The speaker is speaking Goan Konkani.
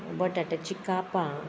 बटाट्याची कापां